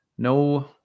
No